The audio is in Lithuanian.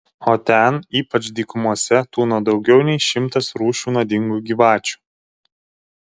o ten ypač dykumose tūno daugiau nei šimtas rūšių nuodingų gyvačių